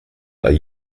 are